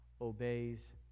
obeys